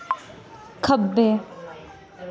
खब्बै